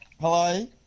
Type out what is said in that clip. Hello